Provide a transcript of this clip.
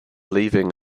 leaving